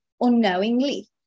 unknowingly